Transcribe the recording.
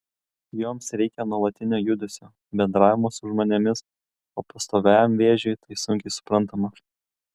joms reikia nuolatinio judesio bendravimo su žmonėmis o pastoviajam vėžiui tai sunkiai suprantama